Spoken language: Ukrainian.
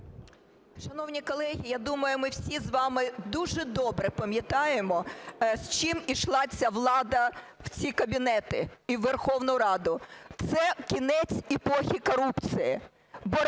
Шановні колеги, я думаю, ми всі з вами дуже добре пам'ятаємо, з чим йшла ця влада в ці кабінети і у Верховну Раду. Це кінець епохи корупції,